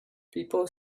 people